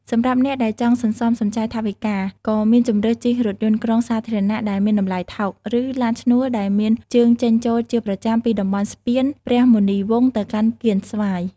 សម្រាប់អ្នកដែលចង់សន្សំសំចៃថវិកា ក៏មានជម្រើសជិះរថយន្តក្រុងសាធារណៈដែលមានតម្លៃថោក ឬឡានឈ្នួលដែលមានជើងចេញចូលជាប្រចាំពីតំបន់ស្ពានព្រះមុនីវង្សទៅកាន់កៀនស្វាយ។